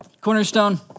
Cornerstone